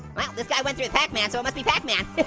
well this guy went through pac-man so it must be pac-man. how